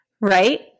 right